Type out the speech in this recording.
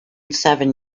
seven